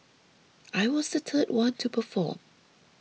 I was the third one to perform